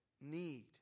need